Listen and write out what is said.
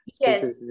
Yes